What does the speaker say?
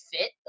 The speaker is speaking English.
fit